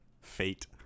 Fate